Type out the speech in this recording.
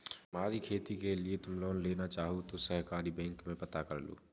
तुम्हारी खेती के लिए तुम लोन लेना चाहो तो सहकारी बैंक में पता करलो